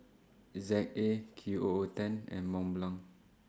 Z A Q O O ten and Mont Blanc